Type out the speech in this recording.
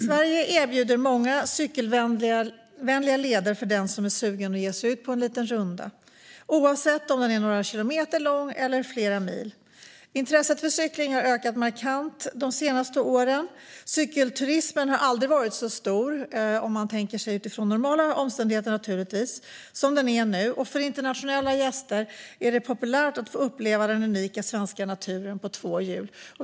Sverige erbjuder många cykelvänliga leder för den som är sugen på att ge sig ut på en liten runda, oavsett om den är några kilometer eller flera mil lång. Intresset för cykling har ökat markant de senaste åren, och cykelturismen har aldrig varit så stor som nu - om man utgår från normala omständigheter, naturligtvis - och för internationella gäster är det populärt att få uppleva den unika svenska naturen på två hjul.